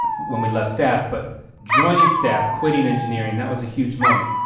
when we left staff but joining staff quitting engineering, that was a huge moment,